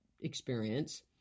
experience